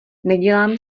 nedělám